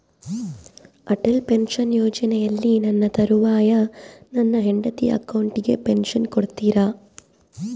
Atal pension ಯೋಜನೆಯಲ್ಲಿ ನನ್ನ ತರುವಾಯ ನನ್ನ ಹೆಂಡತಿ ಅಕೌಂಟಿಗೆ ಪೆನ್ಶನ್ ಕೊಡ್ತೇರಾ?